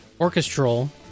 orchestral